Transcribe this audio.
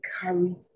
carry